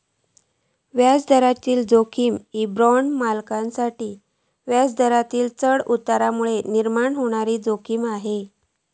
व्याजदराची जोखीम ही बाँड मालकांसाठी व्याजदरातील चढउतारांमुळे निर्माण होणारी जोखीम आसा